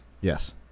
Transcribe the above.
Yes